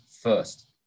first